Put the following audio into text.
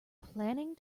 planning